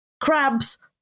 crabs